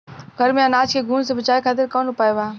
घर में अनाज के घुन से बचावे खातिर कवन उपाय बा?